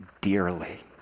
dearly